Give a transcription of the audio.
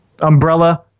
Umbrella